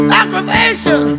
aggravation